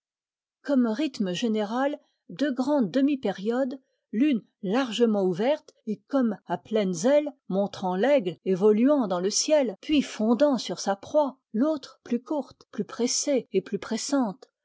comme rythme général deux grandes demi périodes l'une largement ouverte et comme à pleines ailes montrant l'aigle évoluant dans le ciel puis fondant sur sa proie l'autre plus courte plus pressée et plus pressante